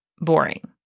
boring